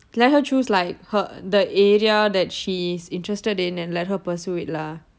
let her choose like her the area that she's interested in and let her pursue it lah